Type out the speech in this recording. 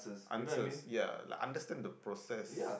answers ya like understand the process